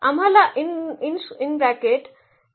आम्हाला मिळत आहेत